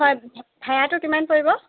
হয় ভাৰাটো কিমান পৰিব